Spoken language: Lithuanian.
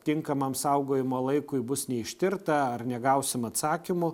tinkamam saugojimo laikui bus neištirta ar negausim atsakymų